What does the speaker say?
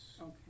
Okay